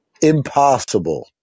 impossible